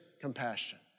compassion